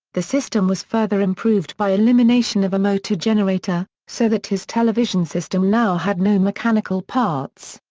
the system was further improved by elimination of a motor generator, so that his television system now had no mechanical parts.